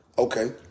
Okay